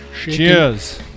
Cheers